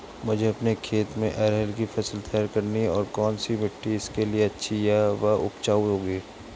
मुझे अपने खेत में अरहर की फसल तैयार करनी है और कौन सी मिट्टी इसके लिए अच्छी व उपजाऊ होगी?